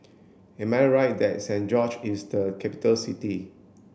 am I right that Saint George's is a capital city